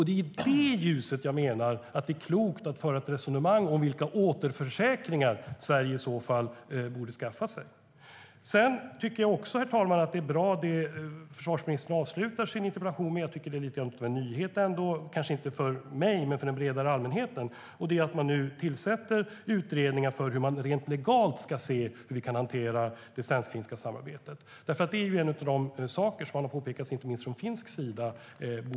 Det är i det ljuset jag menar att det är klokt att föra ett resonemang om vilka återförsäkringar Sverige i så fall borde skaffa sig. Herr talman! Det som försvarsministern avslutar sitt inlägg med är också bra. Det är ändå lite av en nyhet, kanske inte för mig men för den breda allmänheten, att det nu tillsätts utredningar av hur man helt legalt ska titta på hur det svensk-finska samarbetet ska hanteras. Det är en av de saker som borde lyftas fram, vilket har påpekats inte minst från finsk sida.